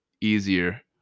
easier